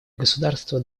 государства